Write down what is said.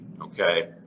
okay